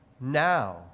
now